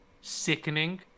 sickening